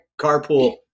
carpool